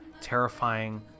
terrifying